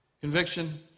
Conviction